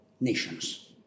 nations